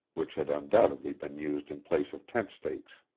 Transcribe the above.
which had undoubtedly been used in place of tent-stakes.